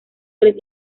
tres